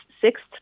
sixth